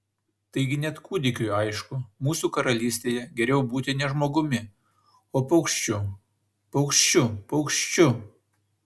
taigi net kūdikiui aišku mūsų karalystėje geriau būti ne žmogumi o paukščiu paukščiu paukščiu